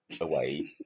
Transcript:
away